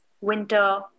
winter